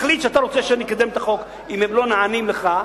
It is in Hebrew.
תחליט שאתה רוצה שאני אקדם את החוק אם הם לא נענים לך,